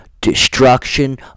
Destruction